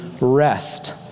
rest